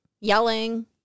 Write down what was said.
yelling